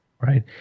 right